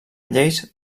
lleis